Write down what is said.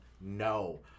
No